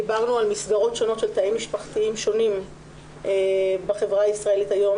דיברנו על מסגרות שונות של תאים משפחתיים שונים בחברה הישראלית היום,